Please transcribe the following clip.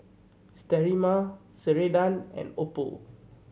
Sterimar Ceradan and Oppo